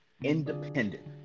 independent